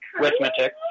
arithmetic